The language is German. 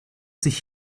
sich